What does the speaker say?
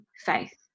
faith